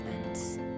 events